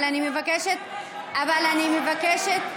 אבל אני מבקשת,